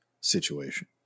situation